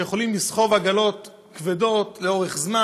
שיכולים לסחוב עגלות כבדות לאורך זמן.